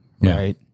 right